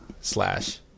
slash